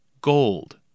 Gold